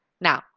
Now